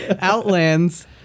Outlands